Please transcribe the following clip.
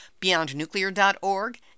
beyondnuclear.org